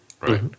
Right